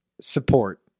support